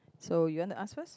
so you want to ask first